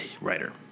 writer